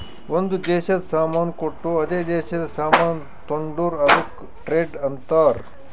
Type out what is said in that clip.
ಒಂದ್ ದೇಶದು ಸಾಮಾನ್ ಕೊಟ್ಟು ಅದೇ ದೇಶದಿಂದ ಸಾಮಾನ್ ತೊಂಡುರ್ ಅದುಕ್ಕ ಟ್ರೇಡ್ ಅಂತಾರ್